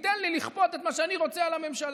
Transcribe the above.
ותיתן לי לכפות את מה שאני רוצה על הממשלה,